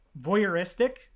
voyeuristic